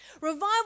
Revival